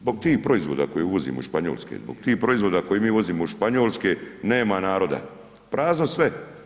Zbog tih proizvoda koje uvozimo iz Španjolske, zbog tih proizvoda koje mi uvozimo iz Španjolske nema naroda, prazno sve.